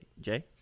Jay